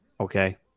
Okay